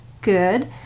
Good